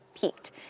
peaked